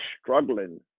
struggling